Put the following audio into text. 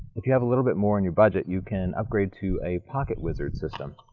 if you have a little bit more in your budget you can upgrade to a pocketwizard system.